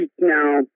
now